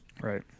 Right